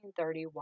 1931